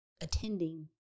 attending